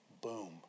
Boom